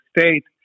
state